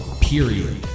period